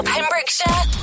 Pembrokeshire